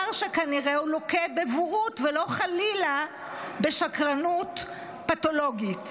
שכנראה הוא לוקה בבורות ולא חלילה בשקרנות פתולוגית.